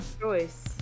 choice